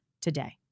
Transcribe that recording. today